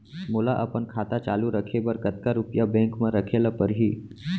मोला अपन खाता चालू रखे बर कतका रुपिया बैंक म रखे ला परही?